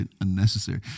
unnecessary